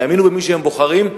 יאמינו במי שהם בוחרים.